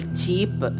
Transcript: cheap